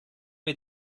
mit